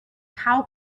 cow